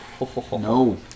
No